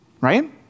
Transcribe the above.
Right